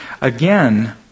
again